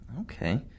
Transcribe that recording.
Okay